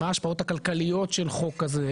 מה ההשפעות הכלכליות של חוק כזה,